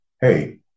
hey